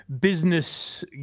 business